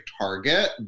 target